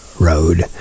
road